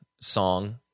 song